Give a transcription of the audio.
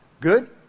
Good